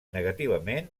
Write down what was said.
negativament